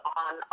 on